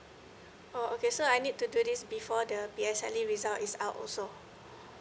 oh okay so I need to do this before the P S L E result is out also